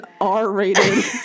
R-rated